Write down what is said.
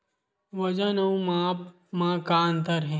वजन अउ माप म का अंतर हे?